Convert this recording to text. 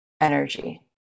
energy